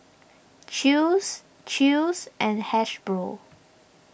Chew's Chew's and Hasbro